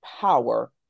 power